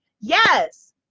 Yes